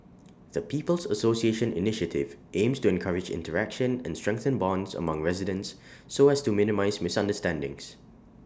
the people's association initiative aims to encourage interaction and strengthen bonds among residents so as to minimise misunderstandings